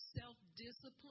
self-discipline